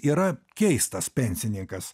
yra keistas pensininkas